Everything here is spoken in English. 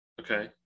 okay